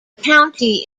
county